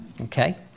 Okay